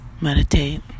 Meditate